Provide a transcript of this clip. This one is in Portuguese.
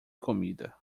comida